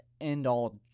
end-all